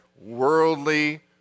worldly